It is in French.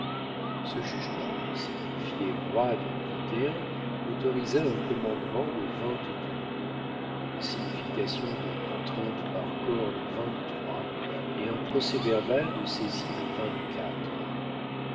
ce jugement signifié roide le autorisa un commandement le une signification de contrainte par corps le et un procès-verbal de saisie le